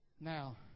Now